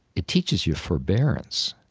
it teaches you forbearance.